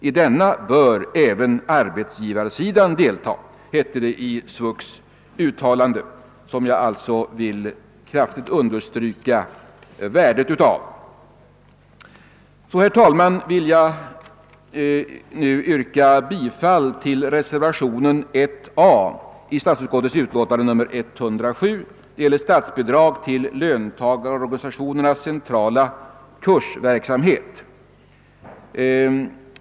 I denna bör även arbetsgivarsidan delta, hette det i SVUX:s uttalande, vars värde jag alltså kraftigt vill understryka. Herr talman! Jag vill yrka bifall till reservationen 1 a i statsutskottets utlåtande 107, vilken gäller statsbidrag till löntagarorganisationernas centrala kursverksamhet.